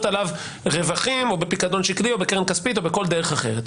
עליו רווחים בפיקדון שקלי או בקרן כספית או בכל דרך אחרת,